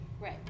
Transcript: right